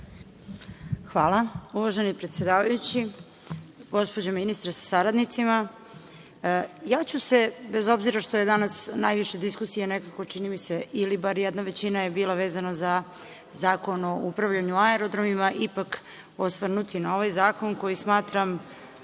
Hvala, uvaženi predsedavajući. Gospođo ministre sa saradnicima, ja ću se, bez obzira što je danas najviše diskusije nekako, čini mi se, ili bar jedna većina, bila vezano za Zakon o upravljanju aerodromima, ipak osvrnuti na ovaj zakon koji smatram